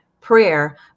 prayer